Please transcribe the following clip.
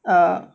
err